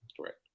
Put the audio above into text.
Correct